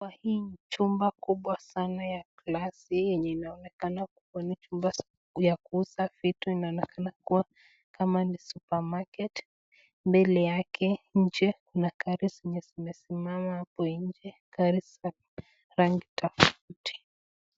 Kwa hii jumba kubwa sana ya glasi yenye inaonekana kuwa ni jumba ni ya kuuza vitu na inaonekana kuwa kama ni supermarket mbele yake nje na gari zimesimama hapo nje gari za rangi tofauti.